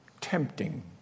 Tempting